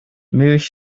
milch